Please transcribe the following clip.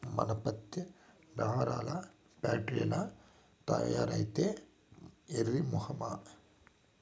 మన పత్తే దారాల్ల ఫాక్టరీల్ల తయారైద్దే ఎర్రి మొకమా